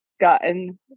gotten